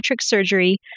surgery